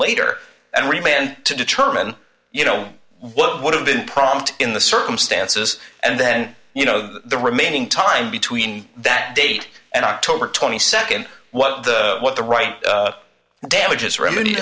later and remained to determine you know what would have been prompt in the circumstances and then you know the remaining time between that date and october nd what the what the right damages remedy